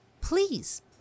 Please